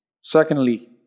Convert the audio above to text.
Secondly